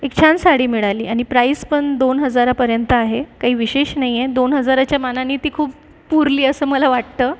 एक छान साडी मिळाली आणि प्राईज पण दोन हजारापर्यंत आहे काही विशेष नाही आहे दोन हजाराच्या मानानी ती खूप पुरली असं मला वाटतं